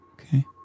okay